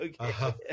Okay